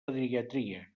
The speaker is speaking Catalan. pediatria